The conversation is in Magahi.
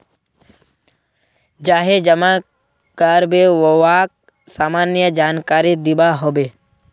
जाहें जमा कारबे वाक सामान्य जानकारी दिबा हबे